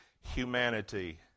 humanity